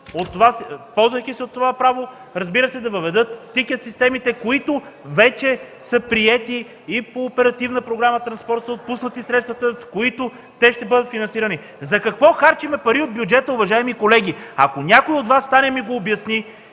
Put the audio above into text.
ползват от това право, разбира се, да въведат тикет системите, които вече са приети и по Оперативна програма „Транспорт” са отпуснати средствата, с които те ще бъдат финансирани? За какво харчим пари от бюджета, уважаеми колеги? Ако някой от Вас стане и ми го обясни,